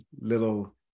little